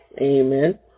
amen